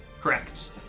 Correct